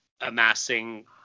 amassing